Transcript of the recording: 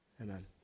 Amen